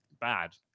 bad